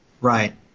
Right